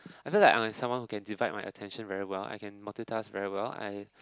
I feel like I'm someone who can divide my attention very well I can multitask very well I